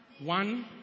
one